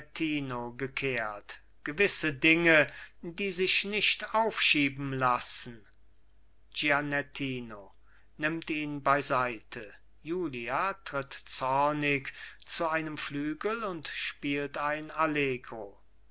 gianettino gekehrt gewisse dinge die sich nicht aufschieben lassen gianettino nimmt ihn beiseite julia tritt zornig zu einem flügel und spielt ein allegro